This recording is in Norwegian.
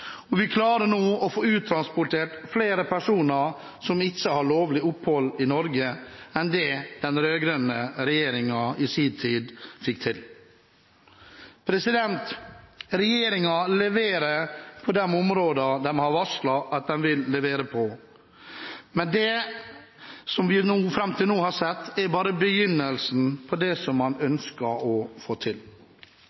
og vi klarer nå å få uttransportert flere personer som ikke har lovlig opphold i Norge, enn det den rød-grønne regjeringen i sin tid fikk til. Regjeringen leverer på de områdene den har varslet at den vil levere på, men det som vi fram til nå har sett, er bare begynnelsen på det som man